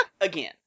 Again